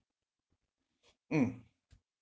mm